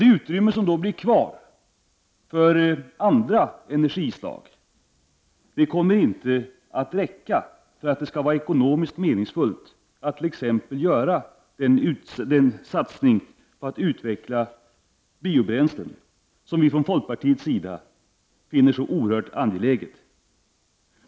Det utrymme som då blir kvar för andra energislag kommer inte att räcka för att det skall vara ekonomiskt meningsfullt att t.ex. göra den satsning på att utveckla biobränslen som vi från folkpartiets sida har funnit så oerhört angelägen.